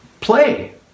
play